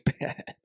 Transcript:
bad